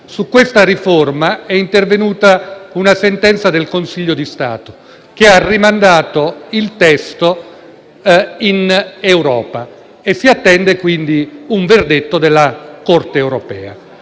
Su questa riforma è intervenuta una sentenza del Consiglio di Stato, che ha rimandato il testo in Europa e si attende, quindi, un verdetto della Corte europea.